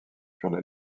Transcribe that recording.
furent